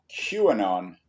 QAnon